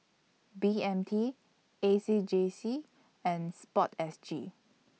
B M T A C J C and Sport S G